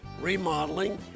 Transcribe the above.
remodeling